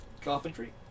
Carpentry